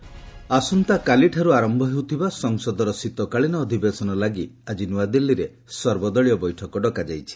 all party meeting ଆସନ୍ତାକାଲିଠାରୁ ଆରମ୍ଭ ହେଉଥିବା ସଂସଦର ଶୀତକାଳିନ ଅଧିବେଶନ ଲାଗି ଆଜି ନୂଆଦିଲ୍ଲୀରେ ସର୍ବଦଳୀୟ ବୈଠକ ଡକାଯାଇଛି